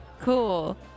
Cool